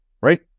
right